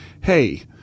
hey